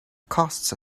casts